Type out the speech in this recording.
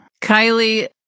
kylie